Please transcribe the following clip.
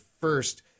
first